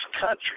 country